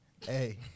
Hey